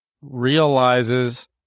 realizes